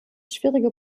schwierige